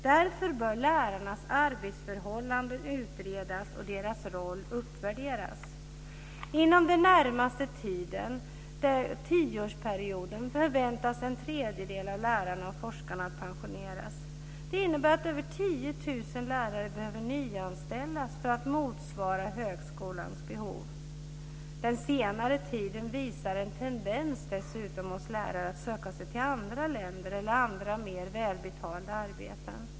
Därför bör lärarnas arbetsförhållanden utredas och deras roll uppvärderas. Inom den närmaste tioårsperioden förväntas en tredjedel av lärarna och forskarna pensioneras. Det innebär att över 10 000 lärare behöver nyanställas för att motsvara högskolans behov. Den senaste tiden har dessutom visat en tendens hos lärare att söka sig till andra länder eller andra mer välbetalda arbeten.